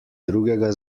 drugega